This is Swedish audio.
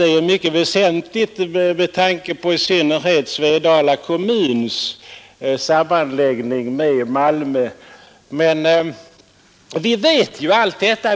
inlemmandet i landstinget är väsentligt att invänta, i synnerhet med tanke på Svedala kommuns sammanläggning med Malmö. Vi vet ju allt detta.